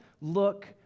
look